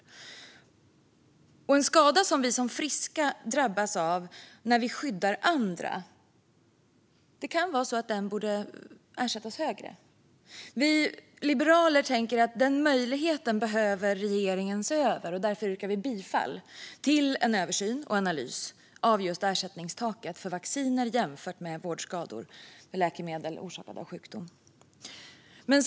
Det kan därför vara så att en skada som vi som friska drabbas av när vi skyddar andra borde ersättas högre. Vi liberaler tänker att regeringen behöver se över den möjligheten, och därför yrkar vi bifall till reservation 5 om en översyn och analys av just ersättningstaket för vaccinskador jämfört med vårdskador och sjukdomsbehandlande läkemedel. Fru talman!